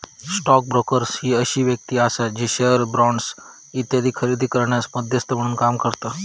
stock broker ही अशी व्यक्ती आसा जी शेअर्स, बॉण्ड्स इत्यादी खरेदी करण्यात मध्यस्थ म्हणून काम करता